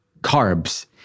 carbs